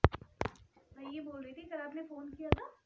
क्या NBFC bank से अलग है?